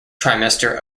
trimester